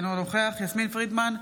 אינו נוכח יסמין פרידמן,